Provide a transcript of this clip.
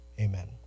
Amen